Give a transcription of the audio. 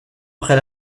après